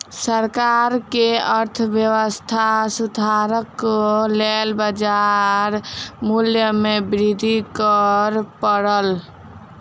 सरकार के अर्थव्यवस्था सुधारक लेल बाजार मूल्य में वृद्धि कर पड़ल